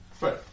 Right